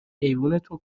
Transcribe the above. ایوونتون